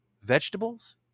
vegetables